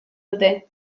dute